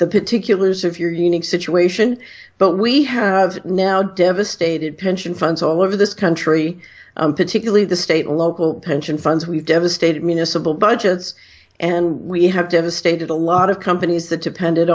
the particulars of your unique situation but we have now devastated pension funds all over this country particularly the state local pension funds we've devastated municipal budgets and we have devastated a lot of companies that depended